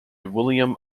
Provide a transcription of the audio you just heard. william